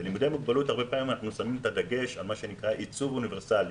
בלימודי מוגבלות אנחנו שמים את הדגש על מה שנקרא עיצוב אוניברסלי.